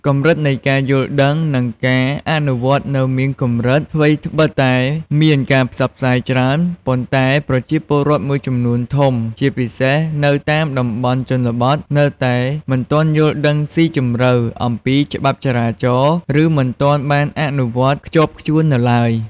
កម្រិតនៃការយល់ដឹង និងការអនុវត្តនៅមានកម្រិត: ថ្វីត្បិតតែមានការផ្សព្វផ្សាយច្រើន ប៉ុន្តែប្រជាពលរដ្ឋមួយចំនួនធំ ជាពិសេសនៅតាមតំបន់ជនបទ នៅតែ មិនទាន់យល់ដឹងស៊ីជម្រៅ អំពីច្បាប់ចរាចរណ៍ ឬមិនទាន់បានអនុវត្តខ្ជាប់ខ្ជួននៅឡើយ។